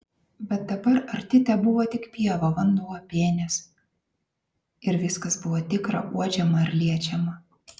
bet dabar arti tebuvo tik pieva vanduo pienės ir viskas buvo tikra uodžiama ir liečiama